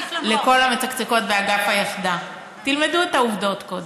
לכל המצקצקות באגף היחדה: תלמדו את העובדות קודם.